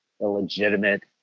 illegitimate